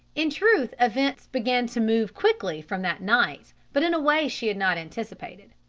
in truth events began to move quickly from that night, but in a way she had not anticipated.